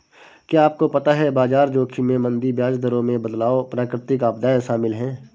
क्या आपको पता है बाजार जोखिम में मंदी, ब्याज दरों में बदलाव, प्राकृतिक आपदाएं शामिल हैं?